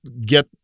get